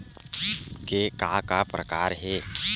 के का का प्रकार हे?